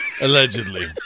allegedly